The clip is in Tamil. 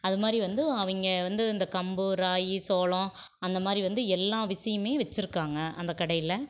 அது மாதிரி வந்து அவங்க வந்து இந்த கம்பு ராகி சோளம் அந்தமாதிரி வந்து எல்லா விஷயமே வச்சுருக்காங்க அந்த கடையில்